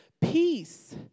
Peace